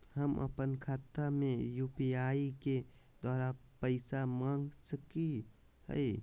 हम अपन खाता में यू.पी.आई के द्वारा पैसा मांग सकई हई?